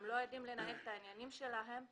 הם לא יודעים לנהל את העניינים שלהם וגם,